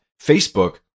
Facebook